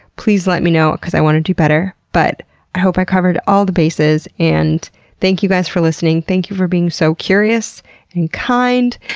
please let me know because i want to do better. but i hope i covered all the bases and thank you guys for listening. thank you for being so curious and kind.